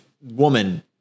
woman